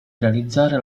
realizzare